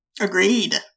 Agreed